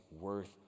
worth